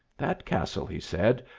that castle, he said,